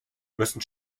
müssen